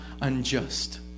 unjust